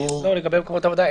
לגבי מקומות עבודה,